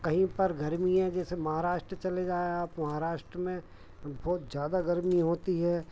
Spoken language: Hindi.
कहीं पर गर्मी है जैसे महाराष्ट्र चले जाएं आप महाराष्ट्र में बहुत ज़्यादा गर्मी होती है